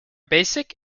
basic